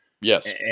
Yes